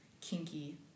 kinky